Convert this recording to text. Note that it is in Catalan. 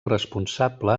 responsable